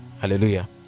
hallelujah